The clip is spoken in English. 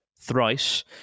thrice